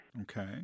Okay